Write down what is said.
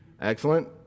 Excellent